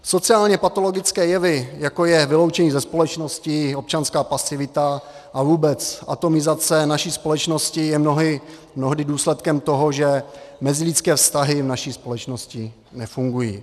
Sociálněpatologické jevy, jako je vyloučení ze společnosti, občanská pasivita a vůbec atomizace naší společnosti, jsou mnohdy důsledkem toho, že mezilidské vztahy v naší společnosti nefungují.